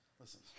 Listen